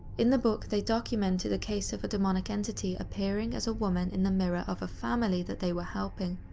in the book they documented a case of a demonic entity appearing as a woman in the mirror of a family that they were helping.